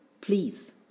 please